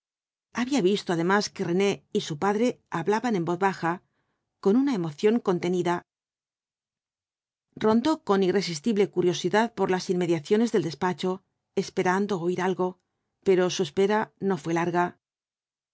había visto además que rene y su padre hablaban en voz baja con una emoción contenida rondó con irresistible curiosidad por las inmediaciones del despacho esperando oir algo pero su espera no fué larga de